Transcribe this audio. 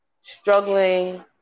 struggling